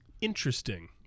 Interesting